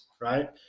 right